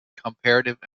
comparative